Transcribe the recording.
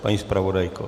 Paní zpravodajko?